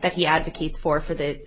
that he advocates for for that